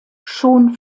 schon